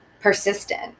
persistent